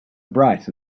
bright